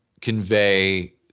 convey